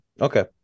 okay